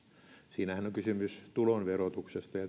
siinähän on kysymys tulon verotuksesta